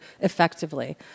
effectively